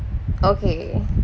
okay